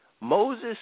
Moses